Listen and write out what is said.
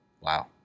wow